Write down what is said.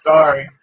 Sorry